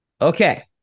Okay